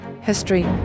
history